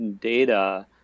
data